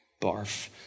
barf